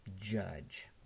Judge